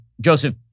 Joseph